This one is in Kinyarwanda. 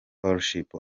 fellowship